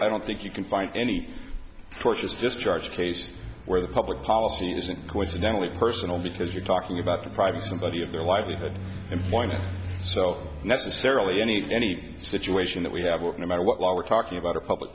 i don't think you can find any forces just charge cases where the public policy isn't coincidentally personal because you're talking about a private somebody of their livelihood and pointed so necessarily any any situation that we have no matter what law we're talking about a public